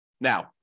Now